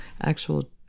actual